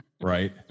right